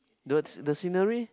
the sce~ the scenery